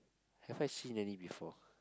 have I seen any before